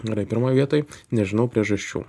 gerai pirmoj vietoj nežinau priežasčių